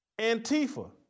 Antifa